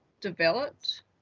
developed